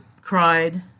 cried